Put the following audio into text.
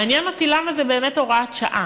מעניין אותי למה זה באמת הוראת שעה.